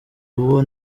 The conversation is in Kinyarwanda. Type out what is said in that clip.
uwo